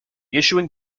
issuing